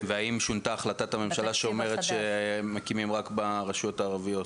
והאם שונתה החלטת הממשלה שאומרת שמקימים רק ברשויות הערביות?